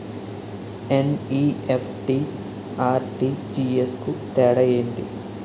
NEFT, RTGS కు తేడా ఏంటి?